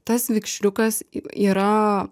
tas vikšriukas yra